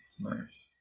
Nice